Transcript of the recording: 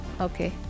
okay